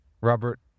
Robert